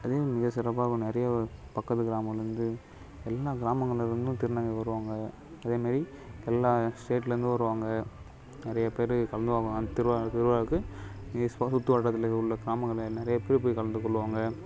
அதையும் மிகச்சிறப்பாகவும் நிறையா பக்கத்து கிராமங்கள்லயிருந்து எல்லா கிராமங்கள்லயிருந்தும் திருநங்கை வருவாங்க அதேமாரி எல்லா ஸ்டேட்லயிருந்தும் வருவாங்க நிறைய பேர் திருவிழா திருவிழாவுக்கு இங்கே உள்ள கிராமங்கள்ல நிறைய பேர் போய் கலந்து கொள்ளுவாங்க